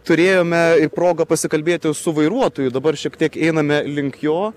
turėjome progą pasikalbėti su vairuotoju dabar šiek tiek einame link jo